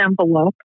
envelope